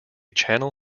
channel